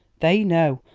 they know,